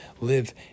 live